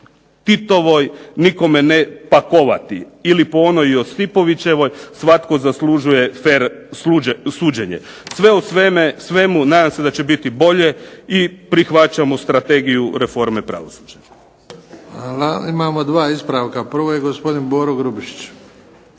Titovoj nikome ne tapovati ili po onoj Josipovićevoj svatko zaslužuje fer suđenje. Sve u svemu nadam se da će biti bolje i prihvaćamo Strategiju reforme pravosuđa. **Bebić, Luka (HDZ)** Hvala lijepa. Imamo dva ispravka. Prvo je gospodin Boro Grubišić.